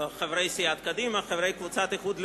חברי סיעת קדימה, חברי קבוצת האיחוד הלאומי,